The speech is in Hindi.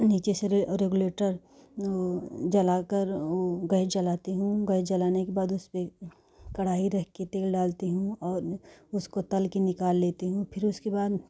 नीचे से रेगुलेटर जला कर गैस जलाती हूँ गैस जलाने के बाद उस पर कढ़ाई रखकर के तेल डालती हूँ और उसको तल के निकाल लेती हूँ फ़िर उसके बाद